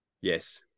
yes